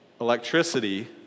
electricity